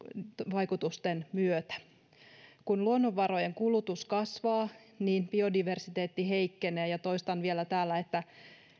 vaikutusten myötä kun luonnonvarojen kulutus kasvaa niin biodiversiteetti heikkenee ja toistan vielä täällä että